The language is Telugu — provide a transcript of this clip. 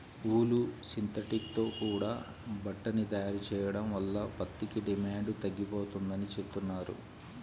ఊలు, సింథటిక్ తో కూడా బట్టని తయారు చెయ్యడం వల్ల పత్తికి డిమాండు తగ్గిపోతందని చెబుతున్నారు